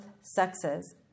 sexes